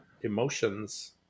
emotions